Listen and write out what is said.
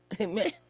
Amen